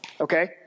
okay